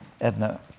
Edna